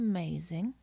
Amazing